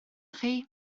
chi